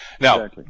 Now